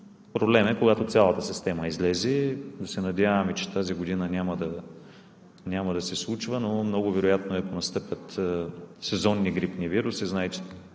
Проблем е, когато цялата система излезе. Да се надяваме, че тази година няма да се случва, но много вероятно е, ако настъпят сезонни грипни вируси